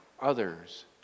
others